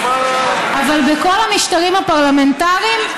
אבל בכל המשטרים הפרלמנטריים,